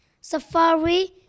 Safari